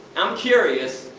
i'm curious,